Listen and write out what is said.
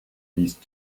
these